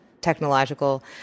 technological